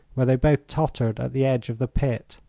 where they both tottered at the edge of the pit.